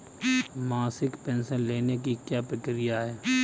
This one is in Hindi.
मासिक पेंशन लेने की क्या प्रक्रिया है?